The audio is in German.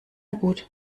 gut